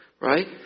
Right